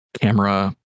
camera